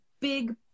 big